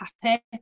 happy